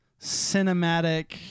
cinematic